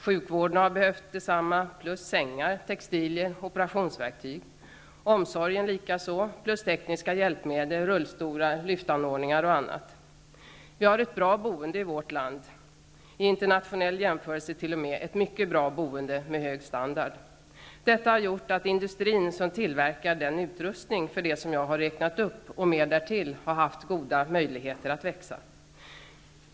Sjukvården har behövt detsamma plus sängar, textilier och operationsverktyg. Omsorgen har också behövt detsamma plus tekniska hjälpmedel, rullstolar, lyftanordningar och annat. Vi har ett bra boende i vårt land, vid en internationell jämförelse t.o.m. ett mycket bra boende med hög standard. Detta har gjort att den industri som tillverkar utrustning för det som jag har räknat upp och mer därtill har haft goda möjligheter att växa.